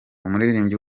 umuririmbyi